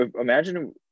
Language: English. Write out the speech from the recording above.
imagine